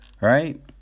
right